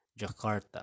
Jakarta